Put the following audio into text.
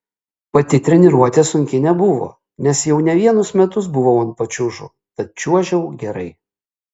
pati treniruotė sunki nebuvo nes jau ne vienus metus buvau ant pačiūžų tad čiuožiau gerai